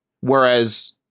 Whereas